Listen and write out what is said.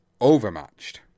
overmatched